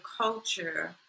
culture